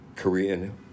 Korean